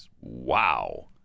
Wow